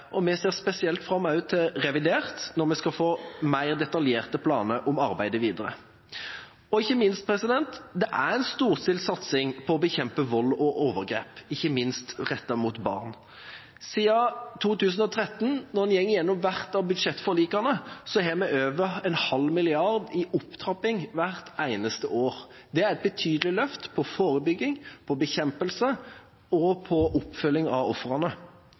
og vi ser spesielt fram til revidert nasjonalbudsjett, der vi skal få mer detaljerte planer for arbeidet videre. Og det er en storstilt satsing på å bekjempe vold og overgrep, ikke minst rettet mot barn. Siden 2013 har vi, når man går igjennom hvert av budsjettforlikene, hatt over 0,5 mrd. kr i opptrapping hvert eneste år. Det er et betydelig løft for forebygging, bekjempelse og oppfølging av ofrene.